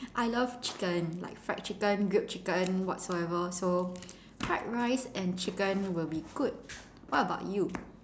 I love chicken like fried chicken grilled chicken whatsoever so fried rice and chicken will be good what about you